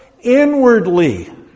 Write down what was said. inwardly